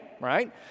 right